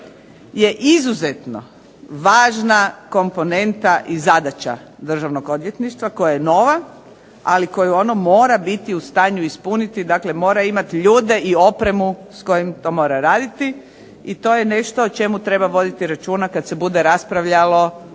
je izuzetno važna komponenta i zadaća Državnog odvjetništva koja je nova, ali koju ono mora biti u stanju ispuniti. Dakle, mora imati ljude i opremu s kojim to mora raditi. I to je nešto o čemu treba voditi računa kad se bude raspravljalo